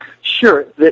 Sure